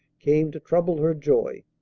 came to trouble her joy.